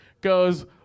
Goes